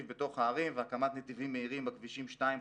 בתוך הערים והקמת נתיבים מהירים בכבישים 2,